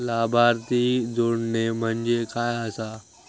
लाभार्थी जोडणे म्हणजे काय आसा?